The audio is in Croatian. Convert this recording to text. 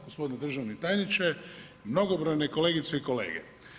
Gospodine državni tajniče, mnogobrojne kolegice i kolege.